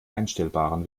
einstellbaren